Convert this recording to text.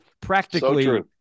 practically